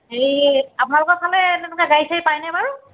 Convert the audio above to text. এই আপোনালোকৰ ফালে তেনেকুৱা গাড়ী চাড়ী পায় নে বাৰু